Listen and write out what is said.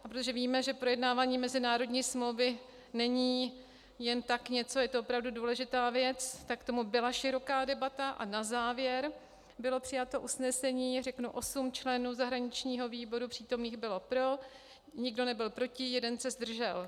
A protože víme, že projednávání mezinárodní smlouvy není jen tak něco, je to opravdu důležitá věc, tak k tomu byla široká debata a na závěr bylo přijato usnesení, řeknu osm členů zahraničního výboru přítomných bylo pro, nikdo nebyl proti, jeden se zdržel.